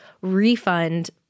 refund